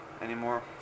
anymore